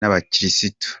n’abakirisitu